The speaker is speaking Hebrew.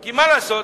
כי מה לעשות?